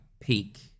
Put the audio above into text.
peak